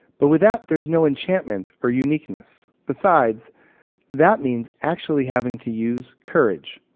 but with that there's no enchantment or uniqueness. besides that means actually having to use courage.